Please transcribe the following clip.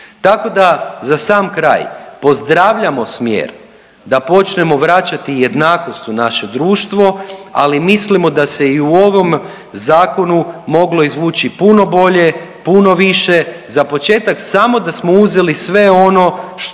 Tako da za sam kraj pozdravljamo smjer da počnemo vraćati jednakost u naše društvo, ali mislimo da se i u ovom zakonu moglo izvući puno bolje, puno više, za početak samo da smo uzeli sve ono što